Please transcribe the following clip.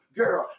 girl